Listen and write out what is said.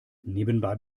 nebenbei